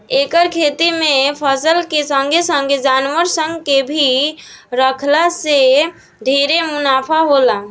एकर खेती में फसल के संगे संगे जानवर सन के भी राखला जे से ढेरे मुनाफा होला